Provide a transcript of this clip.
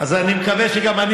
יש לי כמה הצעות שלא העברתי.